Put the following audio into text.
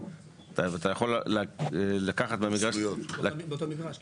אתה יכול לקחת מהמגרש --- באותו מגרש כאילו?